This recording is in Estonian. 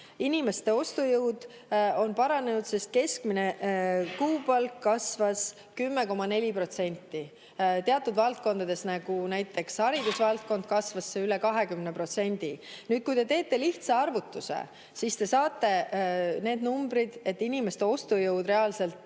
inimeste ostujõud on paranenud, sest keskmine kuupalk kasvas 10,4%, teatud valdkondades, näiteks haridusvaldkond, kasvas see üle 20%. Nüüd, kui te teete lihtsa arvutuse, siis te saate need numbrid, et inimeste ostujõud reaalselt